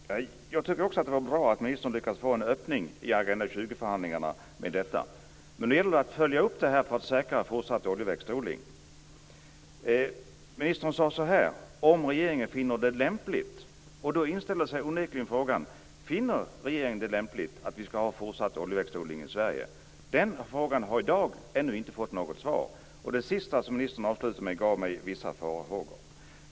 Fru talman! Jag tycker också att det var bra att ministern lyckades få en öppning i Agenda 2000 förhandlingarna när det gäller det här. Men nu gäller det att följa upp detta, så att man säkrar en fortsatt oljeväxtodling. Ministern sade så här: om regeringen finner det lämpligt. Då inställer sig onekligen frågan: Finner regeringen det lämpligt att vi skall ha fortsatt oljeväxtodling i Sverige? Den frågan har i dag ännu inte fått något svar. Det som ministern avslutade med ingav mig vissa farhågor.